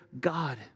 God